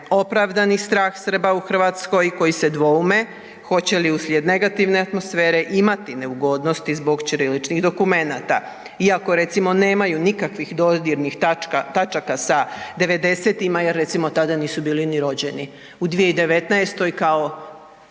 opravdani strah Srba u Hrvatskoj koji se dvoume hoće uslijed negativne atmosfere imati neugodnosti zbog ćiriličnih dokumenata iako recimo nikakvih dodirnih točaka sa 90-ima jer recimo tada nisu bili ni rođeni. U 2019. kao